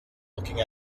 looking